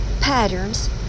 patterns